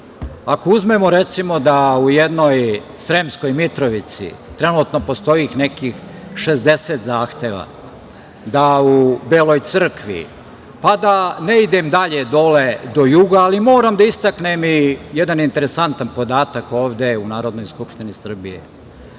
Ako uzmemo, recimo da u jednoj Sremskoj Mitrovici trenutno postoji nekih 60 zahteva, da u Beloj Crkvi, pa da ne idem dalje dole do juga, ali moram da istaknem i jedan interesantan podatak ovde u Narodnoj skupštini Srbije. Rekli